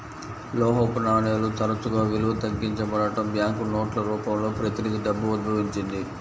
లోహపు నాణేలు తరచుగా విలువ తగ్గించబడటం, బ్యాంకు నోట్ల రూపంలో ప్రతినిధి డబ్బు ఉద్భవించింది